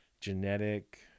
genetic